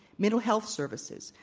mental health services,